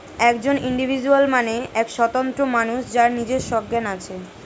একজন ইন্ডিভিজুয়াল মানে এক স্বতন্ত্র মানুষ যার নিজের সজ্ঞান আছে